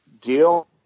deal